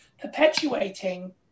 perpetuating